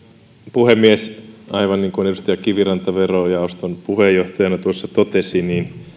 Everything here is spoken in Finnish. puhemies aivan niin kuin edustaja kiviranta verojaoston puheenjohtajana totesi